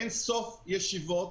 אין סוף ישיבות,